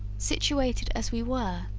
situated as we were,